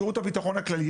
שירות הביטחון הכללי,